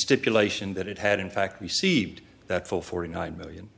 stipulation that it had in fact received that full forty nine million